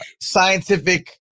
scientific